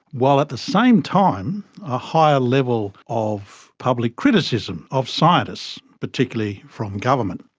while at the same time a higher level of public criticism of scientists, particularly from government.